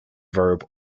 verb